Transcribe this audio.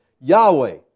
Yahweh